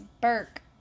Burke